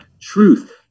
Truth